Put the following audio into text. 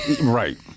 right